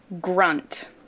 Grunt